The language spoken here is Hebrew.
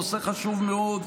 נושא חשוב מאוד,